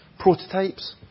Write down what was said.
Prototypes